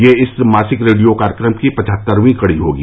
यह इस मासिक रेडियो कार्यक्रम की पचहत्तरवीं कड़ी होगी